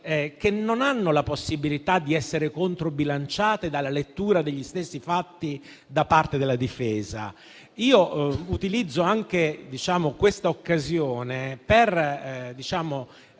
che non hanno possibilità di essere controbilanciate dalla lettura degli stessi fatti da parte della difesa. Io utilizzo questa occasione anche